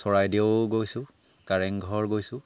চৰাইদেউ গৈছোঁ কাৰেংঘৰ গৈছোঁ